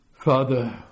father